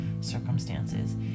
circumstances